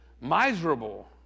miserable